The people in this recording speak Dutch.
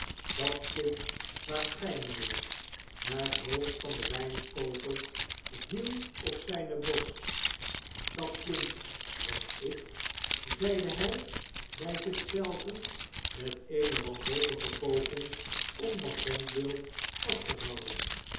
dat kind waart gij mijnheer het hoofd van den wijnkooper viel oj zyne borst dat kind was ik zeide hy bij zich zelven met eene wanhopige poging om dat denkbeeld vast te houden